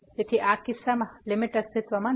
તેથી આ કિસ્સામાં લીમીટ અસ્તિત્વમાં નથી